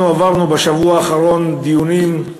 אנחנו עברנו בשבוע האחרון דיונים,